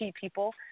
people